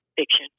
fiction